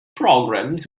programs